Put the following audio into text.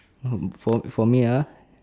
oh for for me uh